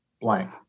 blank